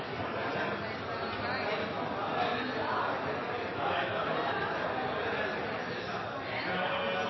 president, tegner jeg